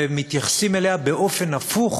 ומתייחסים אליה, באופן הפוך